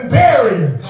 burying